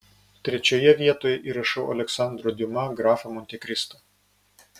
trečioje vietoje įrašau aleksandro diuma grafą montekristą